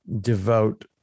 devote